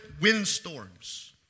windstorms